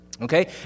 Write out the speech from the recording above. okay